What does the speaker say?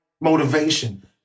motivation